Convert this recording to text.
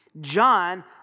John